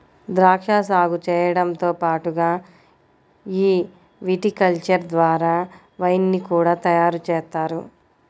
ద్రాక్షా సాగు చేయడంతో పాటుగా ఈ విటికల్చర్ ద్వారా వైన్ ని కూడా తయారుజేస్తారు